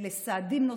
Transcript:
לסעדים נוספים,